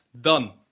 Done